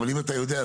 אבל אם אתה יודע,